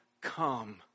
come